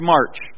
March